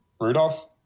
Rudolph